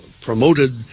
promoted